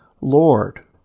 Lord